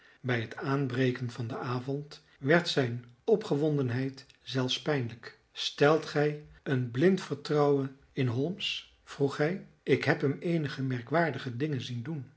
bij het aanbreken van den avond werd zijn opgewondenheid zelfs pijnlijk stelt gij een blind vertrouwen in holmes vroeg hij ik heb hem eenige merkwaardige dingen zien doen